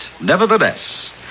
nevertheless